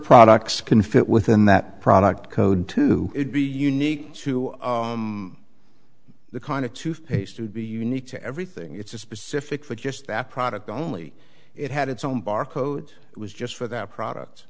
products can fit within that product code to be unique to the kind of toothpaste to be unique to everything it's a specific for just that product only it had its own barcode it was just for that product